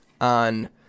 on